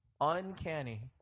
uncanny